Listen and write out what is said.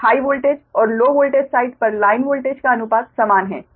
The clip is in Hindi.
तो हाइ वोल्टेज और लो वोल्टेज साइड पर लाइन वोल्टेज का अनुपात समान है